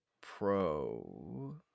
Pro